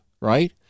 right